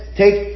take